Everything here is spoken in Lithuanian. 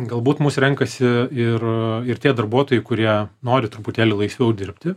galbūt mus renkasi ir a ir tie darbuotojai kurie nori truputėlį laisviau dirbti